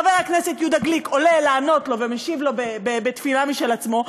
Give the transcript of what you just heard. חבר הכנסת יהודה גליק עולה לענות לו ומשיב לו בתפילה משל עצמו,